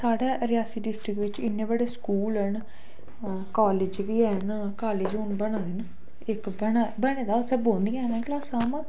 साढ़े रियासी डिस्ट्रिक बिच इन्ने बड़े स्कूल न कालेज बी ऐन कालेज हून ता नमें न इक बने दा इत्थै बौहंदियां ऐ नै क्लासां उ'आं